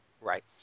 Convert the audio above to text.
Right